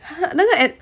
!huh! 那个 at